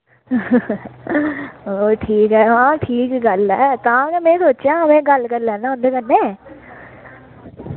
ओ ठीक ऐ ओ ठीक गल्ल ऐ तां गै मैं सोचेआ मैं गल्ल कर लैना उं'दे कन्नै